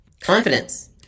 Confidence